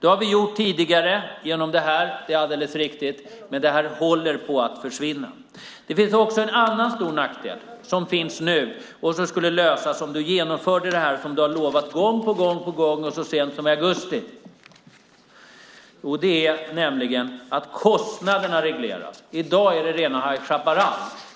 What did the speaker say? Det har vi gjort tidigare genom detta - det är alldeles riktigt - men det håller på att försvinna. Det finns också en annan stor nackdel som skulle försvinna om du genomförde det som du har lovat gång på gång och så sent som i augusti. Det handlar om att reglera kostnaderna. I dag är det rena High Chaparral.